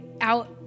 out